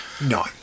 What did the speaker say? no